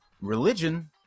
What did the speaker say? Religion